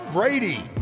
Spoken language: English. Brady